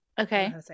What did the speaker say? okay